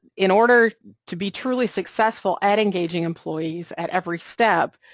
in order to be truly successful at engaging employees at every step,